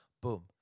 boom